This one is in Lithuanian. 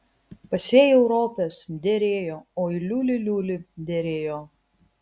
pasėjau ropes derėjo oi liuli liuli derėjo